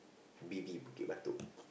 B_B Bukit-Batok